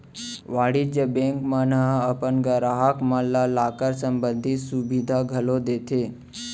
वाणिज्य बेंक मन ह अपन गराहक मन ल लॉकर संबंधी सुभीता घलौ देथे